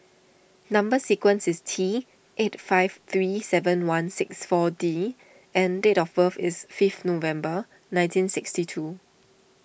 Number Sequence is T eight five three seven one six four D and date of birth is fifth November nineteen sixty two